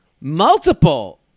multiple